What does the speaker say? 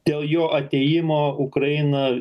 dėl jo atėjimo ukraina